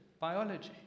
biology